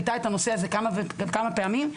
העלתה את הנושא הזה כמה וכמה פעמים,